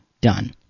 done